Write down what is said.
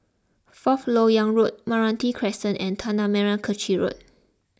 Fourth Lok Yang Road Meranti Crescent and Tanah Merah Kechil Road